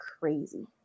crazy